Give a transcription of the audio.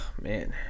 man